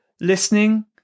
listening